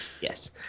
yes